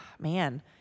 Man